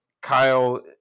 Kyle